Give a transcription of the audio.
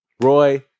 Roy